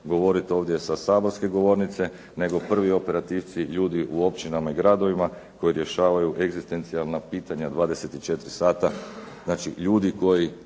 govoriti ovdje sa saborske govornice, nego prvo operativci, ljudi u općinama i gradovima koji rješavaju egzistencijalna pitanja 24 sata, znači ljudi koji